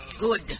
Good